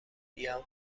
بیام